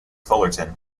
fullerton